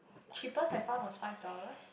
cheapest I found was five dollars